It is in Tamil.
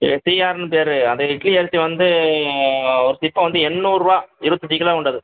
இது டி ஆர்னு பேர் அந்த இட்லி அரிசி வந்து ஒரு சிப்பம் வந்து எண்நூறுரூவா இருபத்தஞ்சி கிலோ கொண்டது